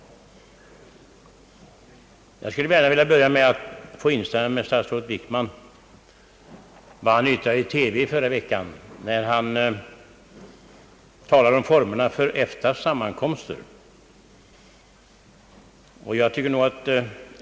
Jag vill först instämma i statsrådet Wickmans yttrande i TV i förra veckan, när han talade om formerna för EFTA:s sammankomster.